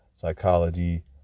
psychology